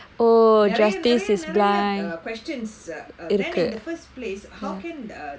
நிறைய நிறைய நிறைய:niraiya niraiya niraiya questions uh then in the first place how can the the